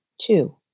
Two